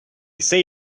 say